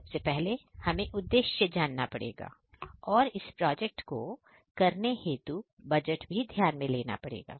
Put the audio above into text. सबसे पहले हमें उद्देश्य जानना पड़ेगा और इस प्रोजेक्ट को को करने हेतु बजट भी ध्यान में लेना पड़ेगा